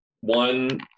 One